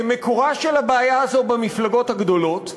מקורה של הבעיה הזאת במפלגות הגדולות,